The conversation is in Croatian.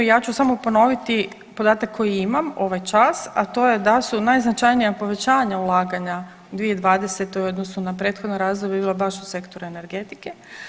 Ja ću samo ponoviti podatak koji imam ovaj čas, a to je da su najznačajnija povećanja ulaganja u 2020. u odnosu na prethodno razdoblje bila baš u sektor energetike.